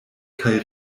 kaj